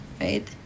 right